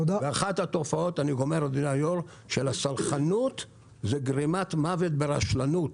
ואחת התופעות של הסלחנות זה גרימת מוות ברשלנות.